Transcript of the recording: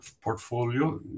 portfolio